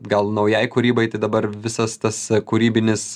gal naujai kūrybai tai dabar visas tas kūrybinis